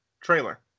trailer